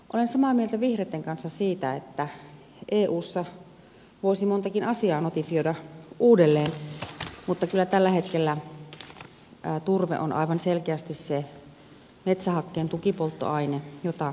olen samaa mieltä vihreitten kanssa siitä että eussa voisi montakin asiaa notifioida uudelleen mutta kyllä tällä hetkellä turve on aivan selkeästi se metsähakkeen tukipolttoaine jota tarvitaan